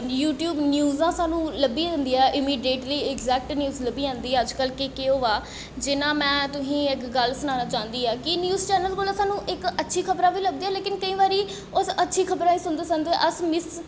YouTube न्यूजां सानूं लब्भी जंदियां इमिडियेटली अगजैक्ट न्यूज लब्भी जंदी अजकल्ल कि केह् होआ जि'यां में तुसेंगी इक गल्ल सनाना चांह्दी आं कि इक न्यूज चैनल कोला सानूं इक अच्छी खबरां बी लभदियां लेकिन केईं बारी उस अच्छी खबरां गी सुनदे सुनदे अस मिस